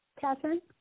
Catherine